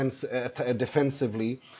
defensively